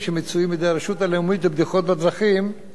מספר התאונות הקטלניות מסוג פגע-וברח,